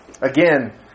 Again